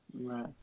Right